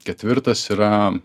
ketvirtas yra